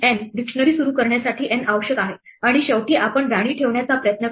dictionary सुरू करण्यासाठी N आवश्यक आहे आणि शेवटी आपण राणी ठेवण्याचा प्रयत्न करतो